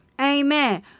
Amen